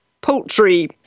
poultry